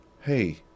hey